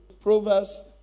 Proverbs